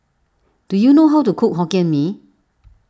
do you know how to cook Hokkien Mee